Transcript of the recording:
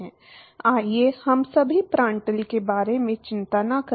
आइए हम अभी प्रांड्टल के बारे में चिंता न करें